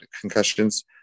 concussions